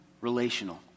relational